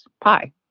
pie